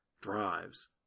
drives